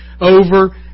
over